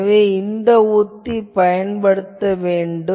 எனவே இந்த உத்தியே பயன்படுத்தப்பட வேண்டும்